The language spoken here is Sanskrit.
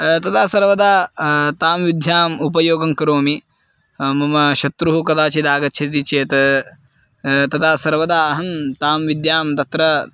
तदा सर्वदा तां विध्याम् उपयोगं करोमि मम शत्रुः कदाचित् आगच्छति चेत् तदा सर्वदा अहं तां विद्यां तत्र